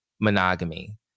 monogamy